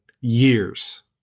years